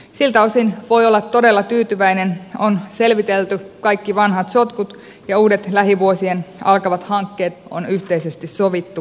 siltä osin voi olla todella tyytyväinen on selvitelty kaikki vanhat sotkut ja uudet lähivuosien alkavat hankkeet on yhteisesti sovittu ja päätetty